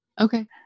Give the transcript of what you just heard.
Okay